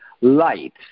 light